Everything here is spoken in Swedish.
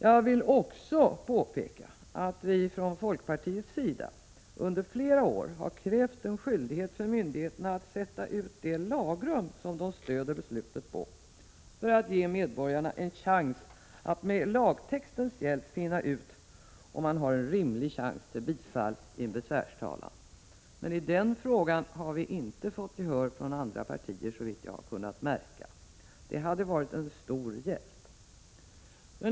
Jag vill också påminna om att vi från folkpartiets sida under flera år har krävt en skyldighet för myndigheterna att sätta ut det lagrum som de stöder beslutet på, detta för att ge medborgaren en möjlighet att med lagtextens hjälp finna ut om han har en rimlig chans till bifall i en besvärstalan. I den frågan har vi inte fått gehör från andra partier, såvitt jag har kunnat märka. Det hade varit en stor hjälp.